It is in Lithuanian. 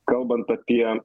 kalbant apie